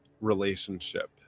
relationship